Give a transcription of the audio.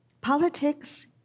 Politics